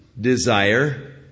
desire